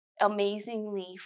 amazingly